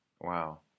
Wow